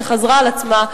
שחזרה על עצמה,